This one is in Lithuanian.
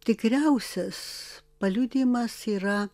tikriausias paliudijimas yra